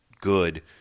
good